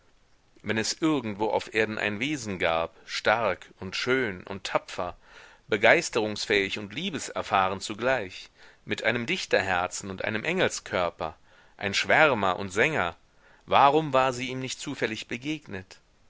wenn es irgendwo auf erden ein wesen gab stark und schön und tapfer begeisterungsfähig und liebeserfahren zugleich mit einem dichterherzen und einem engelskörper ein schwärmer und sänger warum war sie ihm nicht zufällig begegnet